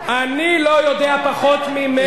אני לא יודע פחות ממך.